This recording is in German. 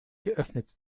geöffnet